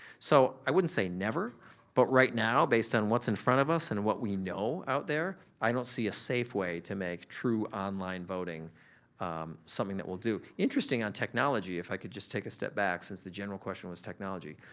so, i wouldn't say never but right now based on what's in front of us and what we know out there, i don't see a safe way to make true online voting something that we'll do. interesting on technology, if i could just take a step back, since the general question was technology,